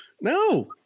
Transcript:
no